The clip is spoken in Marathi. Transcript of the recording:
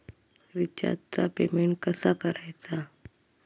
रिचार्जचा पेमेंट कसा करायचा?